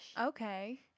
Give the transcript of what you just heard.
Okay